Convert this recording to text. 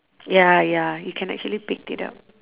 ya ya you can actually picked it up